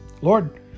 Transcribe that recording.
Lord